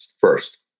first